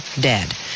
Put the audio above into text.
dead